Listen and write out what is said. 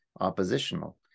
oppositional